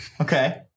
Okay